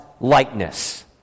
likeness